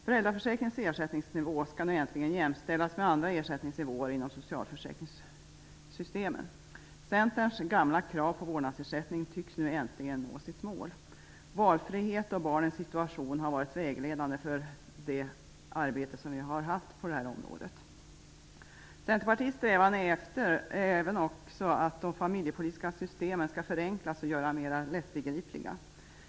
Föräldraförsäkringens ersättningsnivå skall nu äntligen jämställas med andra ersättningsnivåer inom socialförsäkringssystemen. Centerns gamla krav på vårdnadsersättning tycks nu äntligen bli uppfyllt. Valfrihet och barnens situation har varit vägledande i det arbetet. Centerpartiets strävan är även att de familjepolitiska systemen skall förenklas och göras mer lättbegripliga.